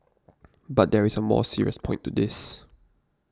but there is a more serious point to this